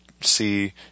see